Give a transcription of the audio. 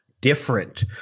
different